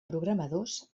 programadors